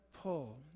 pull